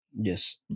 Yes